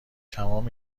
تمام